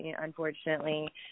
Unfortunately